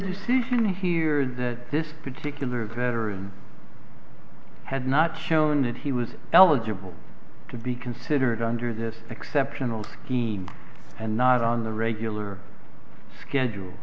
season here that this particular event or in had not shown that he was eligible to be considered under this exceptional scheme and not on the regular schedule